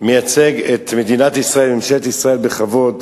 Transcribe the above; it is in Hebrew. מייצג את מדינת ישראל ואת ממשלת ישראל בכבוד,